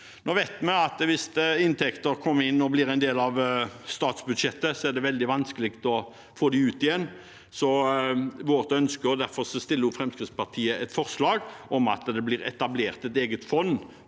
Vi vet at hvis inntekter kommer inn og blir en del av statsbudsjettet, er det veldig vanskelig å få dem ut igjen. Derfor fremmer Fremskrittspartiet et forslag om at det blir etablert et eget fond